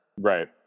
Right